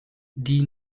die